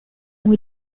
ont